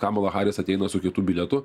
kamala haris ateina su kitu bilietu